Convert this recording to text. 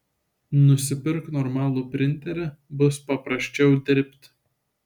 nusipirk normalų printerį bus paprasčiau dirbt